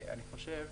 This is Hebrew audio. אני חושב